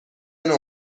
نوع